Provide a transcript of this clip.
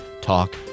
talk